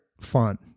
fun